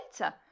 later